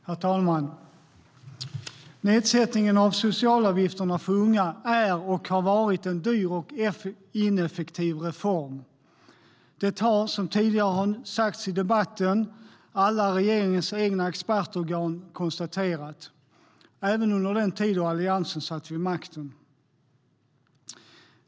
Herr talman! Nedsättningen av socialavgifterna för unga är och har varit en dyr och ineffektiv reform. Det har, som tidigare sagts i debatten, alla regeringens egna expertorgan konstaterat, även under den tid Alliansen satt vid makten.